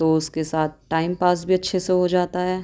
تو اس کے ساتھ ٹائم پاس بھی اچھے سے ہو جاتا ہے